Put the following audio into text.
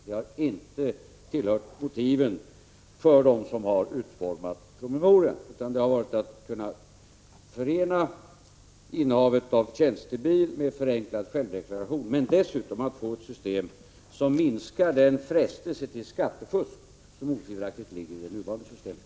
Det har inte tillhört motiven för dem som har utformat promemorian utan det har varit att kunna förena innehavet av tjänstebil med förenklad självdeklaration — men dessutom att få ett system som minskar den frestelse till skattefusk som otvivelaktigt ligger i det nuvarande systemet.